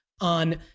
on